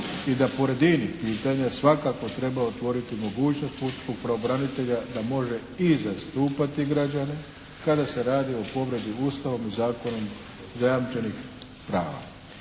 i da pored inih pitanja svakako treba otvoriti mogućnost pučkog pravobranitelja da može i zastupati građane kada se radi o povredi Ustavom i zakonom zajamčenih prava.